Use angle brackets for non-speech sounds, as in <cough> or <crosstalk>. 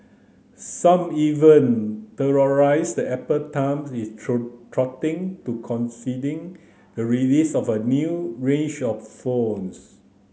some even theorised that Apple times its <unintelligible> throttling to coincide the release of a new range of phones